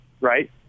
right